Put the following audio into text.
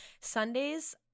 sundays